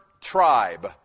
tribe